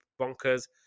Bonkers